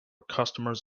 customers